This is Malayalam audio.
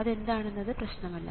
അത് എന്താണെന്നത് പ്രശ്നമല്ല